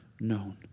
known